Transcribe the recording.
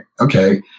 Okay